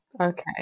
Okay